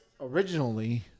originally